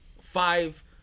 five